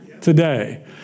today